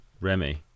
remy